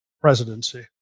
presidency